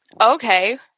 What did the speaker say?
Okay